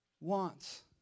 wants